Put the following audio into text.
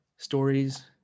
stories